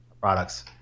products